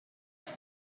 است